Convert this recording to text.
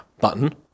button